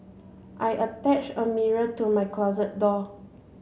I attached a mirror to my closet door